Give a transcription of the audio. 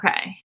Okay